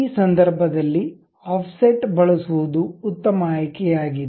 ಈ ಸಂದರ್ಭದಲ್ಲಿ ಆಫ್ಸೆಟ್ ಬಳಸುವದು ಉತ್ತಮ ಆಯ್ಕೆಯಾಗಿದೆ